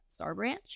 Starbranch